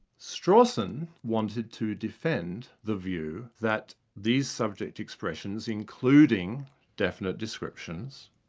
strawson wanted to defend the view that these subject expressions, including definite descriptions,